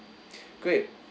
great